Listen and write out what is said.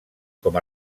com